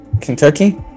Kentucky